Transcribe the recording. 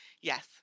yes